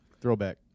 Throwback